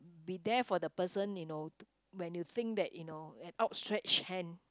be there for the person you know when you think that you know an out stretched hand